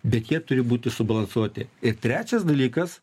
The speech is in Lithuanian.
bet jie turi būti subalansuoti ir trečias dalykas